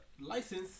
license